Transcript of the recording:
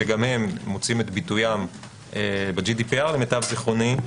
שגם הם מוצאים את ביטוים ב-GDPR למיטב זיכרוני,